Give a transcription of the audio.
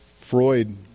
Freud